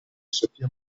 sofia